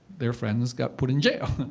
their friends got put in jail.